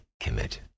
commit